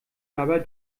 dabei